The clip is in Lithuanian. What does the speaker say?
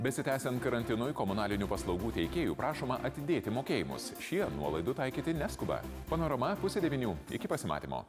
besitęsiant karantinui komunalinių paslaugų teikėjų prašoma atidėti mokėjimus šie nuolaidų taikyti neskuba panorama pusę devynių iki pasimatymo